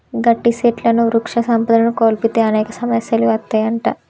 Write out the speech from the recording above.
గట్టి సెట్లుని వృక్ష సంపదను కోల్పోతే అనేక సమస్యలు అత్తాయంట